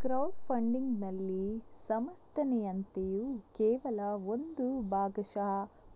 crowd ಫಂಡಿಗಿನಲ್ಲಿ ಸಮರ್ಥನೀಯತೆಯು ಕೇವಲ ಒಂದು ಭಾಗಶಃ